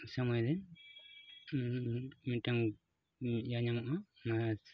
ᱥᱚᱢᱚᱭ ᱨᱮ ᱢᱤᱫᱴᱟᱱ ᱤᱭᱟᱹ ᱧᱟᱢᱚᱜᱼᱟ ᱢᱟᱱᱮ